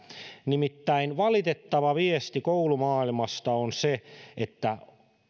nimittäin valitettava viesti koulumaailmasta on se että